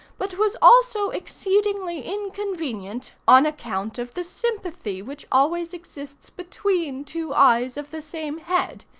but was also exceedingly inconvenient on account of the sympathy which always exists between two eyes of the same head,